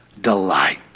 delight